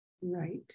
Right